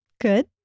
good